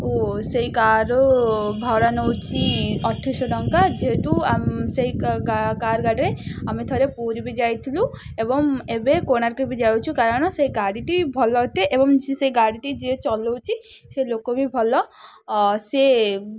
ଓ ସେଇ କାର ଭଡ଼ା ନେଉଛି ଅଠେଇଶହ ଟଙ୍କା ଯେହେତୁ ସେଇ କାର ଗାଡ଼ିରେ ଆମେ ଥରେ ପୁରୀ ବି ଯାଇଥିଲୁ ଏବଂ ଏବେ କୋଣାର୍କ ବି ଯାଉଛୁ କାରଣ ସେ ଗାଡ଼ିଟି ଭଲ ଅଟେ ଏବଂ ଏ ସେ ଗାଡ଼ିଟି ଯିଏ ଚଲାଉଛି ସେ ଲୋକ ବି ଭଲ ସିଏ